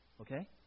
Okay